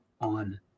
on